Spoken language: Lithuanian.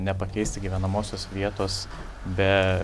nepakeisti gyvenamosios vietos be